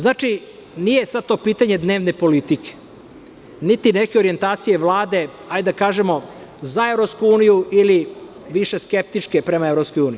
Znači, nije sada to pitanje dnevne politike, niti neke orijentacije Vlade da kažemo za EU, ili višeskeptičke prema EU.